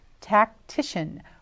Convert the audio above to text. tactician